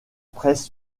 presse